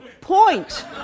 point